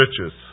riches